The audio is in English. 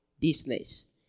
business